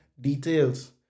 details